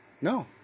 No